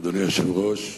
אדוני היושב-ראש,